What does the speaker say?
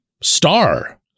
star